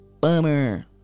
Bummer